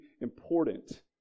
important